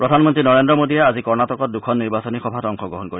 প্ৰধানমন্ত্ৰী নৰেন্দ্ৰ মোডীয়ে আজি কৰ্ণাটকত দুখন নিৰ্বাচনী সভাত অংশগ্ৰহণ কৰিব